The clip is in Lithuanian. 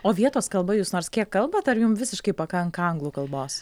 o vietos kalba jūs nors kiek kalbat ar jum visiškai pakanka anglų kalbos